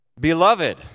Beloved